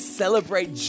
celebrate